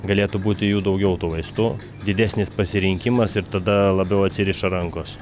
galėtų būti jų daugiau tų vaistų didesnis pasirinkimas ir tada labiau atsiriša rankos